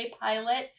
pilot